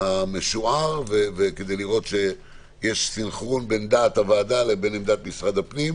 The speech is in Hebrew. המשוער וכדי לראות שיש סנכרון בין דעת הוועדה לבין עמדת משרד הפנים.